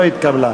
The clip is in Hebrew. לא נתקבלו.